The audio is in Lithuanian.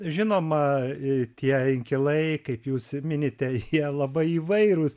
žinoma a tie inkilai kaip jūs minite jie labai įvairūs